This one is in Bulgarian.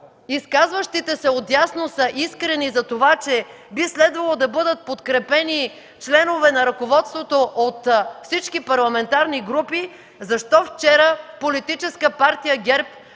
изказващите се вдясно са искрени за това, че би следвало да бъдат подкрепени членове на ръководството от всички парламентарни групи, защо вчера Политическа партия ГЕРБ